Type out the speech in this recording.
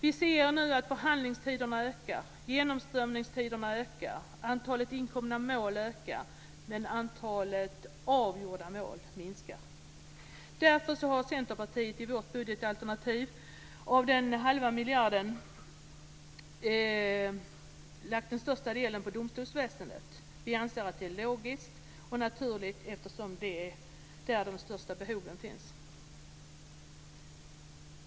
Vi ser nu att förhandlingstiderna ökar, genomströmningstiderna ökar och antalet inkomna mål ökar, men antalet avgjorda mål minskar. Därför har Centerpartiet i sitt budgetalternativ lagt den största delen av den halva miljarden på domstolsväsendet. Vi anser att det är logiskt och naturligt eftersom det är där de största behoven finns.